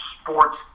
sports